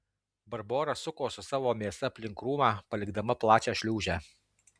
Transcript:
barbora suko su savo mėsa aplink krūmą palikdama plačią šliūžę